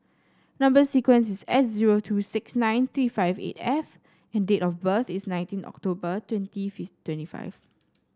number sequence is S zero two six nine three five eight F and date of birth is nineteen October twenty twenty five